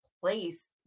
place